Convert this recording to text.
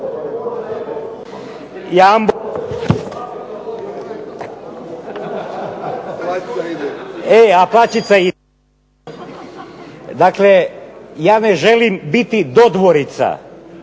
ja ne želim biti dodvorica